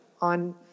on